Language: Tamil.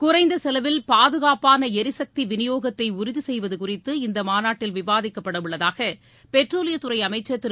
குறைந்த செலவில் பாதுகாப்பான எரிசக்தி விநியோகத்தை உறுதி செய்வது குறித்து இந்த மாநாட்டில் விவாதிக்கப்படவுள்ளதாக பெட்ரோலியத்துறை அமைச்சர் திரு